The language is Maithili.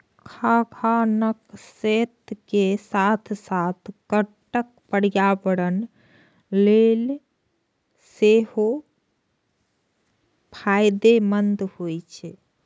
खाद्यान्नक स्रोत के साथ साथ कट्टू पर्यावरण लेल सेहो फायदेमंद होइ छै